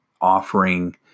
offering